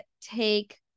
take